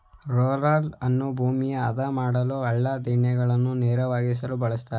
ರೋಲರನ್ನು ಭೂಮಿಯ ಆದ ಮಾಡಲು, ಹಳ್ಳ ದಿಣ್ಣೆಗಳನ್ನು ನೇರವಾಗಿಸಲು ಬಳ್ಸತ್ತರೆ